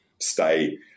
stay